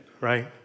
right